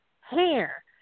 Hair